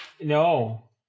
No